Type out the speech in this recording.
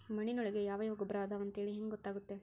ಮಣ್ಣಿನೊಳಗೆ ಯಾವ ಯಾವ ಗೊಬ್ಬರ ಅದಾವ ಅಂತೇಳಿ ಹೆಂಗ್ ಗೊತ್ತಾಗುತ್ತೆ?